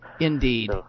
Indeed